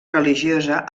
religiosa